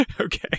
Okay